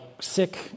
sick